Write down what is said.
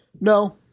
no